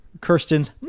Kirsten's